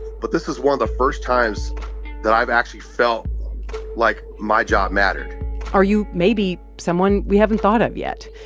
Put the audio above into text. but this is one of the first times that i've actually felt like my job mattered are you maybe someone we haven't thought of yet?